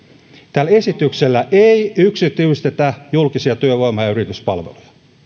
tällä esityksellä ei yksityistetä julkisia työvoima ja yrityspalveluja